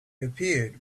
appeared